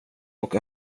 och